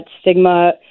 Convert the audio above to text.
stigma